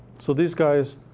so these guys,